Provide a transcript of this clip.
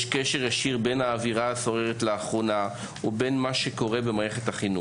יש קשר ישיר בין האווירה השוררת לאחרונה ובין מה שקורה במערכת החינוך.